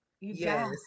Yes